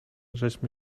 żeśmy